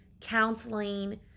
counseling